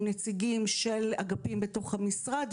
עם נציגים של אגפים בתוך המשרד,